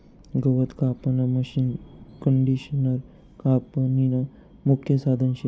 गवत कापानं मशीनकंडिशनर कापनीनं मुख्य साधन शे